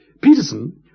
Peterson